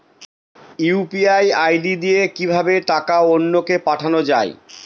UPI ID দিয়ে কিভাবে টাকা অন্য কে পাঠানো যায়?